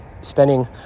spending